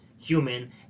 Human